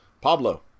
Pablo